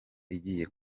igiye